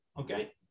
okay